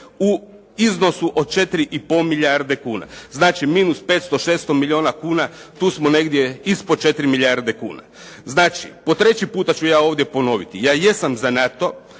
u iznosu od 4,5 milijarde kuna. Znači minus 500, 600 milijuna kuna, tu smo negdje ispod 4 milijarde kuna. Znači, po treći puta ću ja ovdje ponoviti. Ja jesam za NATO.